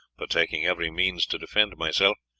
for taking every means to defend myself.